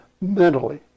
mentally